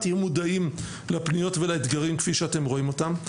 יהיו מודעים לפניות ולאתגרים כפי שאתם רואים אותם.